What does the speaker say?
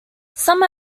some